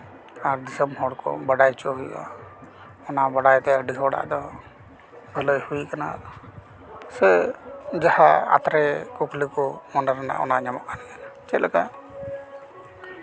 ᱟᱨ ᱫᱤᱥᱚᱢ ᱦᱚᱲ ᱠᱚ ᱵᱟᱰᱟᱭ ᱦᱚᱪᱚ ᱦᱩᱭᱩᱜᱼᱟ ᱚᱱᱟ ᱵᱟᱰᱟᱭᱛᱮ ᱟᱹᱰᱤ ᱦᱚᱲᱟᱜ ᱫᱚ ᱵᱷᱟᱹᱞᱟᱹᱭ ᱦᱩᱭ ᱠᱟᱱᱟ ᱥᱮ ᱡᱟᱦᱟᱸ ᱟᱛᱛᱨᱮ ᱠᱩᱠᱞᱤ ᱠᱚ ᱚᱸᱰᱮ ᱨᱮᱱᱟᱜ ᱚᱱᱟ ᱧᱟᱢᱚᱜ ᱠᱟᱱ ᱜᱮᱭᱟ ᱪᱮᱫ ᱞᱮᱠᱟ